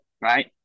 right